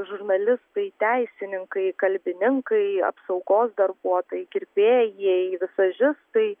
žurnalistai teisininkai kalbininkai apsaugos darbuotojai kirpėjai vizažistai